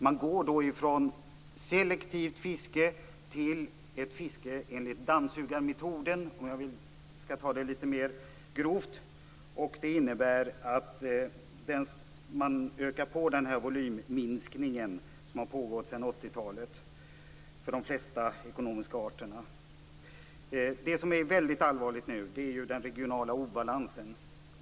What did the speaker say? Man går från selektivt fiske till ett fiske, i grova drag, enligt dammsugarmetoden. Det innebär att volymminskningen sedan 80-talet ökas på. Det allvarliga är den regionala obalansen.